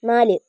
നാല്